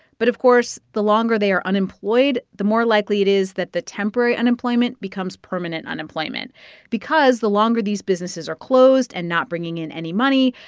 but of course, the longer they are unemployed, the more likely it is that the temporary unemployment becomes permanent unemployment because the longer these businesses are closed and not bringing in any money,